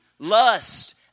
Lust